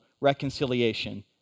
reconciliation